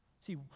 See